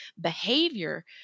behavior